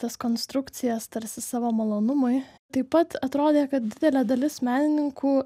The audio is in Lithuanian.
tas konstrukcijas tarsi savo malonumui taip pat atrodė kad didelė dalis menininkų